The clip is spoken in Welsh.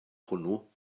hwnnw